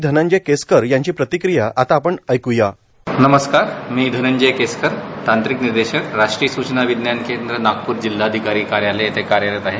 धनंजय केसकर यांची प्रतिक्रिया आता आपण ऐकूया साऊंड बाईट नमस्कार मी धनंजय केसकर तांत्रिक निदेशक राष्ट्रीय स्चना विज्ञान केंद्र नागप्र जिल्हाधिकारी कार्यालय इथं कार्यरत आहे